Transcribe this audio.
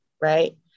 right